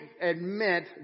admit